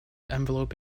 envelope